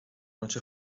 noche